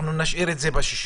נשאיר את זה ב-60.